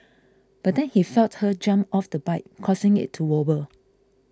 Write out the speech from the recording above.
but then he felt her jump off the bike causing it to wobble